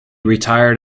retired